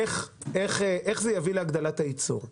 איך זה יביא להגדלת הייצור,